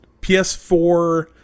ps4